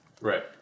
Right